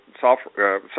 software